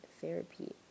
therapy